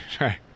Right